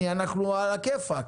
שבמבט כוללני אנחנו על הכיפאק.